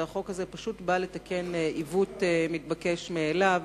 והחוק הזה פשוט נועד לתקן עיוות והוא מתבקש מאליו.